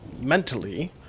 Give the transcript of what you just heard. mentally